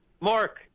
Mark